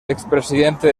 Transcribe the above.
expresidente